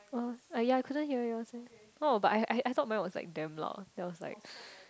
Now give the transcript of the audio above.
oh yea I couldn't hear yours leh oh but I I I thought mine was like damn loud there was like